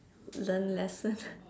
learn lesson